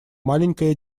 маленькая